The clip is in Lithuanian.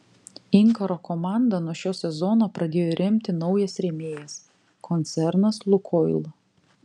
inkaro komandą nuo šio sezono pradėjo remti naujas rėmėjas koncernas lukoil